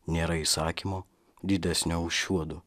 nėra įsakymo didesnio už šiuodu